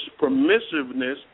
permissiveness